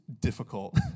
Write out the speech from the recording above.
difficult